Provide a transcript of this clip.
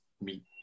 meet